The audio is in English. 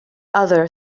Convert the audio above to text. other